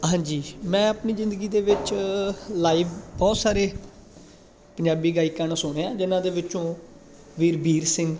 ਹਾਂਜੀ ਮੈਂ ਆਪਣੀ ਜ਼ਿੰਦਗੀ ਦੇ ਵਿੱਚ ਲਾਈਵ ਬਹੁਤ ਸਾਰੇ ਪੰਜਾਬੀ ਗਾਇਕਾਂ ਨੂੰ ਸੁਣਿਆ ਜਿਨ੍ਹਾਂ ਦੇ ਵਿੱਚੋਂ ਵੀਰ ਬੀਰ ਸਿੰਘ